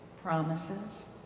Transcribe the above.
Promises